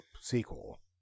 sequel